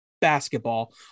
basketball